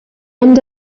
end